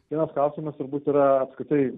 vienas klausimas turbūt yra apskritai